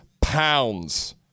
pounds